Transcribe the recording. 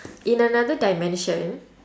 in another dimension